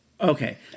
Okay